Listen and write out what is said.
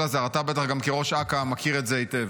אלעזר, אתה, גם כראש אכ"א, בטח מכיר את זה היטב.